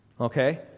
Okay